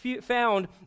found